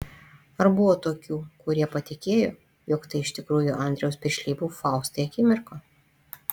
ar buvo tokių kurie patikėjo jog tai iš tikrųjų andriaus piršlybų faustai akimirka